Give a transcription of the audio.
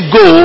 go